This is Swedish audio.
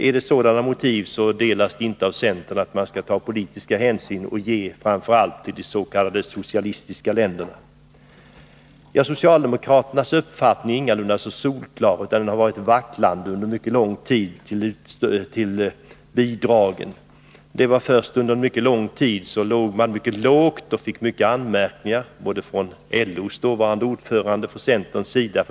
Är det fråga om sådana motiv, så delas de inte av centern. Vi tycker inte att man skall ta sådana politiska hänsyn att man framför allt ger bistånd till de s.k. socialistiska länderna. Socialdemokraternas uppfattning är ingalunda så solklar. Den har varit vacklande under mycket lång tid. Länge låg man först mycket lågt och fick många anmärkningar både från LO:s dåvarande ordförande och från centern.